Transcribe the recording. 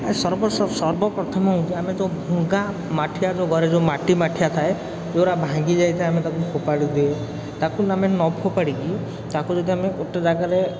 ଆ ସର୍ବପ୍ରଥମ ଆମେ ତ ଗାଁ ମାଠିଆ ଘରେ ଯେଉଁ ମାଟି ମାଠିଆ ଥାଏ ପୂରା ଭାଙ୍ଗିଯାଇଥାଏ ଆମେ ତାକୁ ଫୋପାଡ଼ି ଦେଉ ତାକୁ ଆମେ ନ ଫୋପାଡ଼ିକି ତାକୁ ଯଦି ଆମେ ଗୋଟେ ଜାଗାରେ